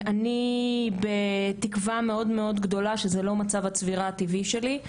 ואני בתקווה מאד גדולה שזה לא מצב הצבירה הטבעי שלי,